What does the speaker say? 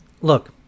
look